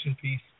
piece